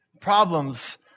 Problems